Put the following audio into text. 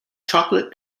chocolate